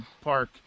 park